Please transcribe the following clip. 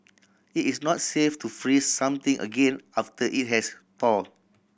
it is not safe to freeze something again after it has thaw